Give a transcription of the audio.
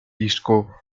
disco